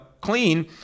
clean